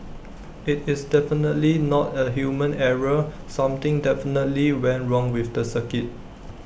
IT is definitely not A human error something definitely went wrong with the circuit